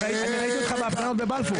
אני ראיתי אותך בהפגנות בבלפור.